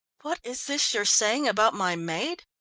what is this you're saying about my maid?